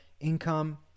income